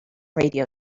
radio